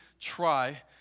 try